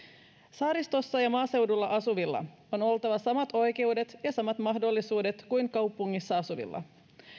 saaristossa ja maaseudulla asuvilla on oltava samat oikeudet ja samat mahdollisuudet kuin kaupungissa asuvilla